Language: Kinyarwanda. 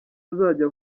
azajya